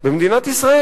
במדינת ישראל.